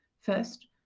first